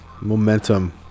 Momentum